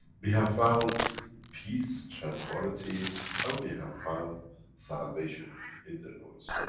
we have found peace, tranquility and we have found salvation in the noise,